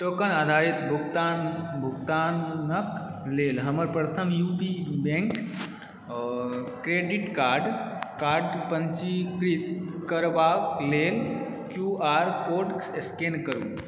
token आधारित भुगतानक लेल हमर प्रथम यू पी बैंक आओर क्रेडिट कार्ड पंजीकृत करबाक लेल क्यू आर कोड स्कैन करु